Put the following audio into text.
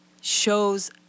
shows